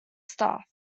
staff